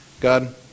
God